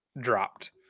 dropped